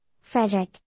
Frederick